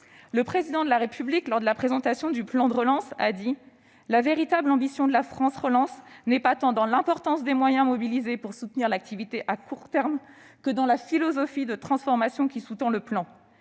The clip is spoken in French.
Le Président de la République, lors de la présentation du plan de relance, a dit :« La véritable ambition de France Relance n'est pas tant dans l'importance des moyens mobilisés pour soutenir l'activité à court terme, que dans la philosophie de transformation qui sous-tend le plan. »